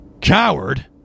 Coward